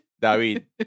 David